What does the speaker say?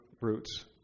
roots